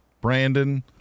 Brandon